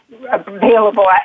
available